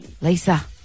Lisa